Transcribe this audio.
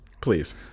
please